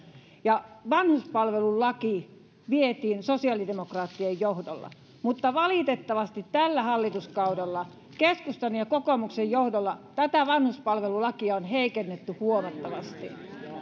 ja vanhuspalvelulaki vietiin sosiaalidemokraattien johdolla mutta valitettavasti tällä hallituskaudella keskustan ja kokoomuksen johdolla vanhuspalvelulakia on heikennetty huomattavasti